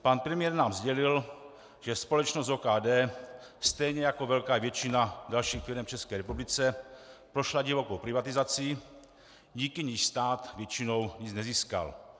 Pan premiér nám sdělil, že společnost OKD, stejně jako velká většina dalších firem v České republice, prošla divokou privatizací, díky níž stát většinou nic nezískal.